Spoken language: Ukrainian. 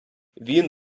він